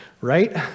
right